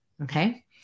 okay